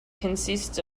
consists